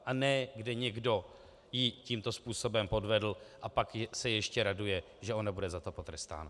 A ne kde někdo ji tímto způsobem podvedl, a pak se ještě raduje, že ona nebude za to potrestána.